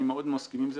אני מאוד מסכים עם זה,